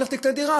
לך תקנה דירה,